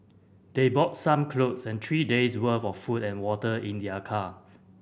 they brought some clothe and three days' worth of food and water in their car